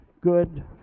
good